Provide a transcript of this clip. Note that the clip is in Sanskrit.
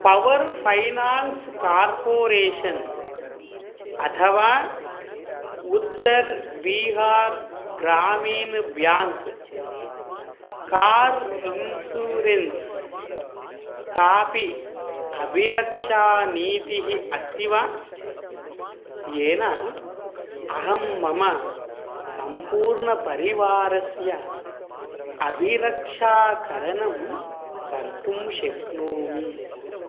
पवर् फ़ैनान्स् कार्पोरेशन् अथवा Uttar Bihar Gramin bank car insurance कापि अभिरक्षानीतिः अस्ति वा येन अहं मम सम्पूर्णपरिवारस्य अभिरक्षाकरणं कर्तुं शक्नोमि